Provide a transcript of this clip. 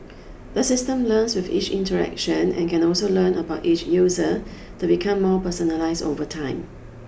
the system learns with each interaction and can also learn about each user to become more personalised over time